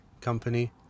company